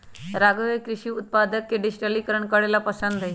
राघव के कृषि उत्पादक के डिजिटलीकरण करे ला पसंद हई